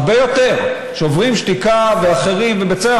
הרבה יותר: שוברים שתיקה ואחרים ובצלם,